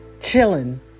Chilling